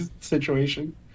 situation